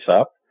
up